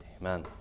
amen